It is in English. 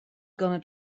gonna